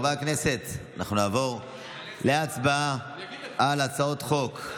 חברי הכנסת, אנחנו נעבור להצבעה על הצעות חוק.